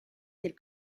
del